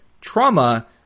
trauma